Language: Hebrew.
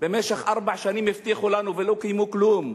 במשך ארבע שנים הבטיחו לנו ולא קיימו כלום.